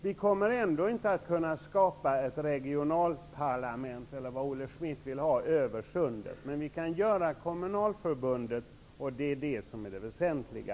Vi kommer ändå inte att kunna skapa ett regionalparlament, eller vad Olle Schmidt nu vill ha, över Sundet, men det är möjligt att skapa ett kommunalförbund, och det är det som är det väsentliga.